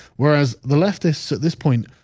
whereas the leftists at this point.